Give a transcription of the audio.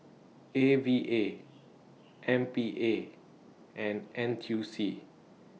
A V A M P A and N T U C